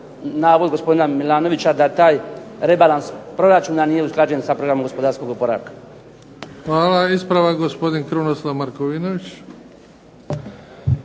Hvala. Ispravak gospodin Krunoslav Markovinović.